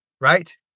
right